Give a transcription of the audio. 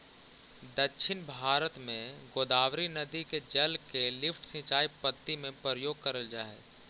दक्षिण भारत में गोदावरी नदी के जल के लिफ्ट सिंचाई पद्धति में प्रयोग करल जाऽ हई